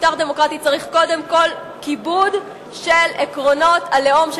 משטר דמוקרטי צריך קודם כול כיבוד של עקרונות הלאום,